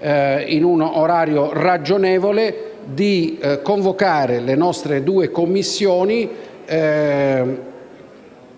in un orario ragionevole, di convocare le nostre due Commissioni,